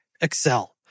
Excel